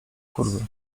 kurwy